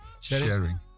Sharing